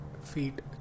Feet